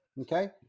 Okay